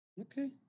Okay